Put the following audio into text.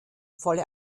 volle